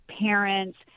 parents